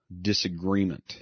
disagreement